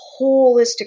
holistic